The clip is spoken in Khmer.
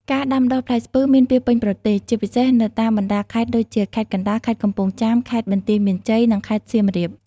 ការដាំដុះផ្លែស្ពឺមានពាសពេញប្រទេស ជាពិសេសនៅតាមបណ្ដាខេត្តដូចជា ខេត្តកណ្ដាល ខេត្តកំពង់ចាម ខេត្តបន្ទាយមានជ័យ និងខេត្តសៀមរាប។